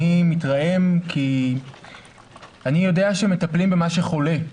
אני מתרעם כי אני יודע שמטפלים במה שחולה,